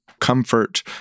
comfort